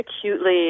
acutely